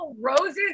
roses